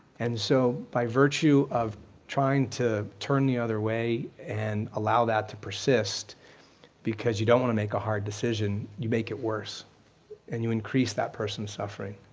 and so, by virtue of trying to turn the other way and allow that to persist because you don't want to make a hard decision, you make it worse and you increase that person's suffering.